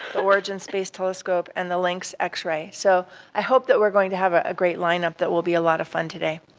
the origins space telescope, and the lynx x-ray. so i hope that we are going to have ah a great line-up that will be a lot of fun today.